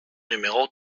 numéro